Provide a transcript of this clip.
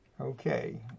Okay